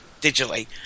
digitally